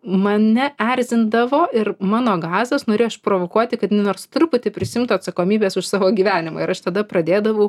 mane erzindavo ir mano gazas norėjo išprovokuoti kad jinai nors truputį prisiimtų atsakomybės už savo gyvenimą ir aš tada pradėdavau